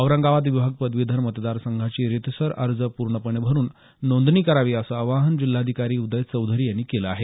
औरंगाबाद विभाग पदवीधर मतदार संघाची रितसर अर्ज पूर्णपणे भरून नोंदणी करावी असं आवाहन जिल्हाधिकारी उदय चौधरी यांनी केलं आहे